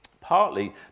partly